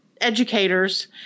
educators